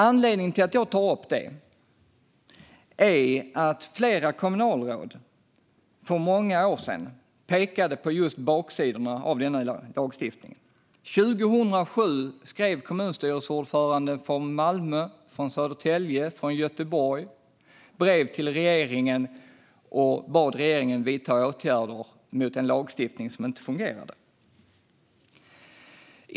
Anledningen till att jag tar upp den lagen är att flera kommunalråd för många år sedan pekade på just baksidorna av denna lagstiftning. År 2007 skrev kommunstyrelseordförandena för Malmö, Södertälje och Göteborg brev till regeringen och bad regeringen att vidta åtgärder mot en lagstiftning som inte fungerade.